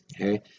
okay